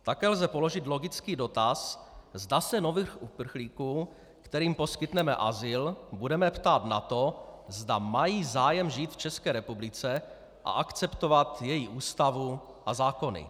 Také lze položit logický dotaz, zda se nových uprchlíků, kterým poskytneme azyl, budeme ptát na to, zda mají zájem žít v České republice a akceptovat její ústavu a zákony.